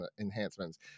enhancements